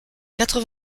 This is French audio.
quatre